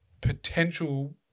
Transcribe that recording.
potential